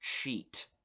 cheat